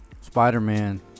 Spider-Man